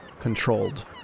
controlled